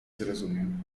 zrozumiem